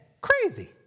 Crazy